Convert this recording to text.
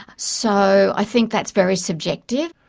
so i think that's very subjective.